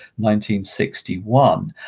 1961